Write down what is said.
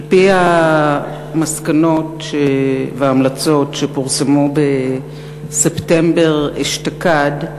על-פי המסקנות וההמלצות שפורסמו בספטמבר אשתקד,